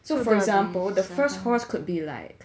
so for example the first horse could be like